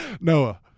Noah